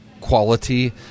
quality